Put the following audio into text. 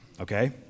okay